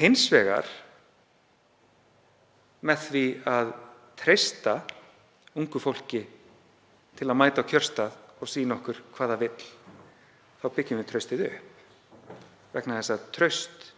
Hins vegar með því að treysta ungu fólki til að mæta á kjörstað og sýna okkur hvað það vill þá byggjum við upp traust vegna þess að traust